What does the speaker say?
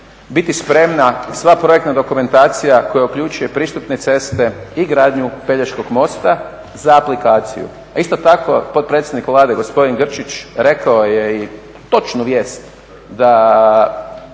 biti spremna sva projektna dokumentacija koja uključuje pristupne ceste i gradnju Pelješkog mosta za aplikaciju. A isto tako potpredsjednik Vlade gospodin Grčić rekao je i točnu vijest da